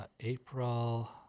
April